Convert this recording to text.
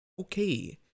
Okay